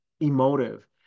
emotive